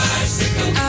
Bicycle